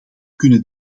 kunnen